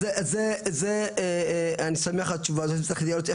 זה גם לנושא של בטיחות שאני אדבר יותר מאוחר,